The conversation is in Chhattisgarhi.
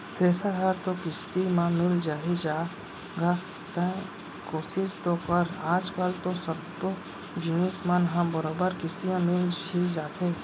थेरेसर हर तो किस्ती म मिल जाही गा तैंहर कोसिस तो कर आज कल तो सब्बो जिनिस मन ह बरोबर किस्ती म मिल ही जाथे